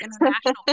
international